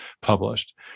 published